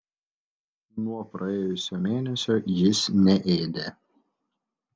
nuo praėjusio mėnesio jis neėdė